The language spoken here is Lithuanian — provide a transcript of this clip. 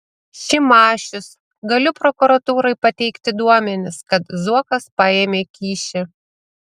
šimašius galiu prokuratūrai pateikti duomenis kad zuokas paėmė kyšį